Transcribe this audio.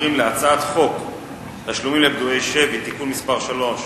להעביר את הצעת חוק המקרקעין (חיזוק בתים משותפים מפני רעידות אדמה)